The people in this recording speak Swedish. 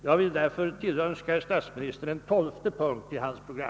Jag vill därför tillönska statsministern denna tolfte punkt i hans program.